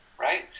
right